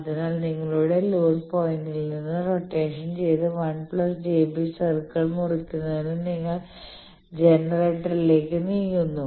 അതിനാൽ നിങ്ങളുടെ ലോഡ് പോയിന്റിൽ നിന്ന് റൊട്ടേഷൻ ചെയ്ത 1 j B സർക്കിൾ മുറിക്കുന്നതിന് നിങ്ങൾ ജനറേറ്ററിലേക്ക് നീങ്ങുന്നു